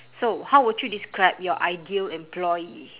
so how would you describe your ideal employee